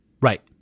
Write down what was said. Right